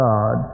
God